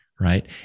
right